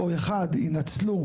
או אחת ינצלו,